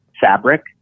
fabric